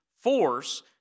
force